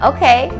Okay